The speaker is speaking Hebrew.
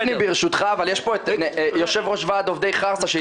גפני, ברשותך, נמצא כאן יושב-ראש ועד עובדי חרסה.